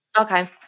Okay